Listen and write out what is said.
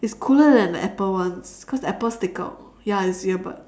it's cooler than the apple ones cause apple stick out ya it's ear bud